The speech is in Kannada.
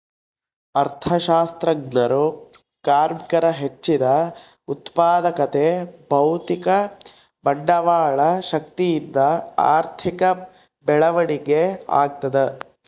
ಅರ್ಥಶಾಸ್ತ್ರಜ್ಞರು ಕಾರ್ಮಿಕರ ಹೆಚ್ಚಿದ ಉತ್ಪಾದಕತೆ ಭೌತಿಕ ಬಂಡವಾಳ ಶಕ್ತಿಯಿಂದ ಆರ್ಥಿಕ ಬೆಳವಣಿಗೆ ಆಗ್ತದ